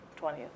20th